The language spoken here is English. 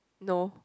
no